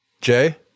jay